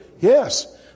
Yes